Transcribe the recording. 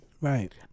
Right